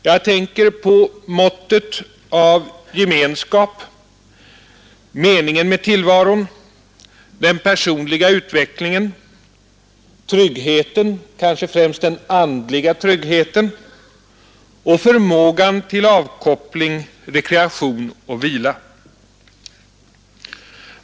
Jag tänker på måttet av gemenskap, meningen med tillvaron, den personliga utvecklingen, tryggheten — kanske främst den andliga tryggheten — och förmågan till avkoppling, rekreation och vila.